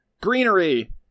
Greenery